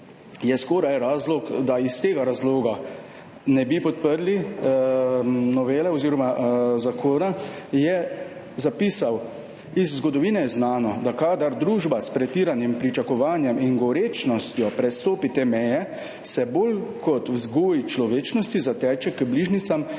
je skoraj razlog, da iz tega razloga ne bi podprli novele oziroma zakona. Zapisal je: »Iz zgodovine je znano, kadar družba s pretiranim pričakovanjem in gorečnostjo prestopi te meje, se bolj kot vzgoji človečnosti zateče k bližnjicam,